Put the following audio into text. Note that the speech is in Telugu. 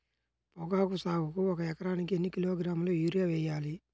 పొగాకు సాగుకు ఒక ఎకరానికి ఎన్ని కిలోగ్రాముల యూరియా వేయాలి?